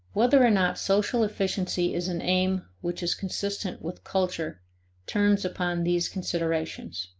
whether or not social efficiency is an aim which is consistent with culture turns upon these considerations.